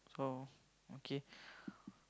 so okay